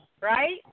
right